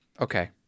Okay